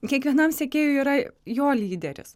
kiekvienam sekėjui yra jo lyderis